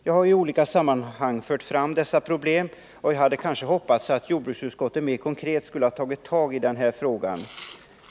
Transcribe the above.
Jag har i olika sammanhang fört fram dessa problem, och jag hade kanske hoppats att jordbruksutskottet mer konkret skulle ha tagit tag i den här frågan.